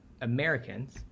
Americans